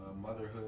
motherhood